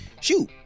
Shoot